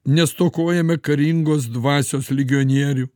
nestokojame karingos dvasios legionierių